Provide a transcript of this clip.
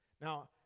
Now